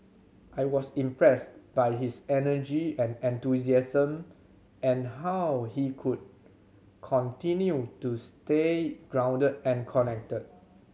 I was impressed by his energy and enthusiasm and how he could continued to stay grounded and connected